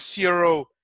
CRO